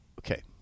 Okay